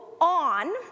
on